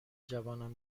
جوانان